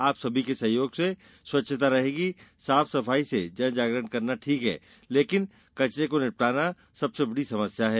आप सभी के सहयोग से स्वच्छता रहेगी साफ सफाई से जनजागरण करना ठीक है लेकिन कचरा को निपटाने सबसे बड़ी समस्या है